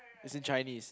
it's in Chinese